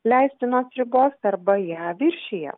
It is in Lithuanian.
leistinos ribos arba ją viršija